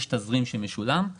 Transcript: יש תזרים שמשולם,